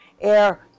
air